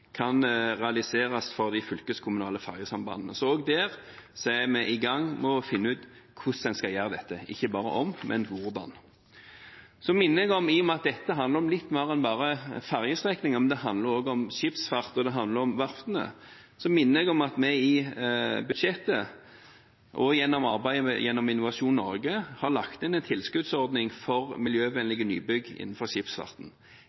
kan realiseres for de fylkeskommunale fergesambandene. Så også der er vi i gang med å finne ut hvordan en skal gjøre dette – ikke bare om, men hvordan. I og med at dette handler om litt mer enn bare fergestrekninger, det handler også om skipsfart, og det handler om verftene, minner jeg om at vi i budsjettet og gjennom arbeidet gjennom Innovasjon Norge har lagt inn en tilskuddsordning for miljøvennlige nybygg innenfor skipsfarten.